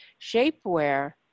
shapewear